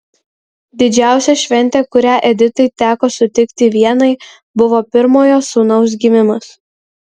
didžiausia šventė kurią editai teko sutikti vienai buvo pirmojo sūnaus gimimas